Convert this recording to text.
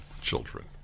children